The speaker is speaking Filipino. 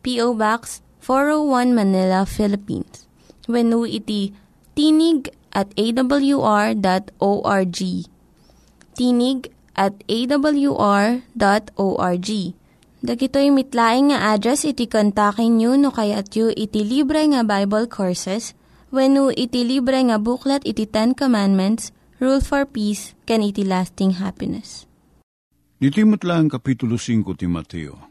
P.O. Box 401 Manila, Philippines. Wenu iti tinig at awr.org. Tinig at awr.org. Dagito'y mitlaing nga address, iti kontakin nyo no kaya't yu iti libre nga Bible courses. Wenu iti libre nga buklat, iti 10 commandments, rule for peace, ken iti lasting happiness. Ditimutlaeng Kapitulo 5 ti Mateo.